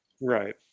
right